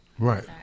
Right